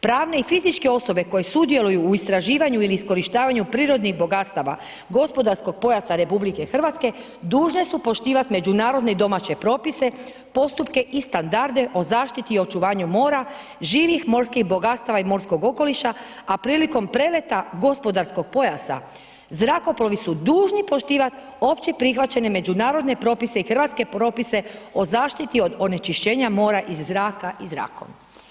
Pravna i fizičke osobe koje sudjeluju u istraživanju ili iskorištavanju prirodnih bogatstava gospodarskog pojasa RH dužne su poštivat međunarodne i domaće propise, postupke i standarde o zaštiti i očuvanju mora živih morskih bogatstava i morskog okoliša, a prilikom preleta gospodarskog pojasa zrakoplovi su dužni poštivat opće prihvaćene međunarodne propise i hrvatske propise o zaštiti od onečišćenja mora iz zraka i zrakom.